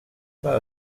pas